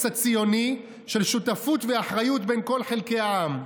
הציוני של שותפות ואחריות בין כל חלקי העם.